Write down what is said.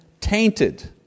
tainted